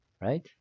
right